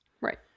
Right